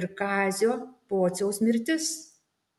ir kazio pociaus mirtis